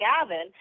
Gavin